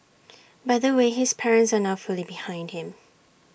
by the way his parents are now fully behind him